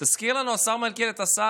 תזכיר לנו, השר